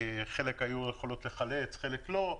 חלק היו יכולות לחלץ, חלק לא.